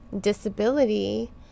disability